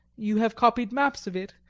you have copied maps of it,